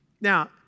Now